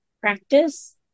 practice